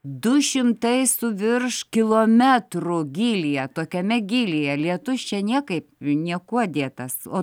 du šimtai su virš kilometrų gylyje tokiame gylyje lietus čia niekaip niekuo dėtas o